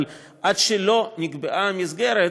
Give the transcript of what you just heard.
אבל עד שלא נקבעה המסגרת,